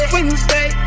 Wednesday